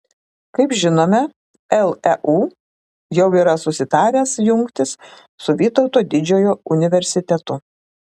kaip žinome leu jau yra susitaręs jungtis su vytauto didžiojo universitetu